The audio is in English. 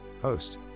host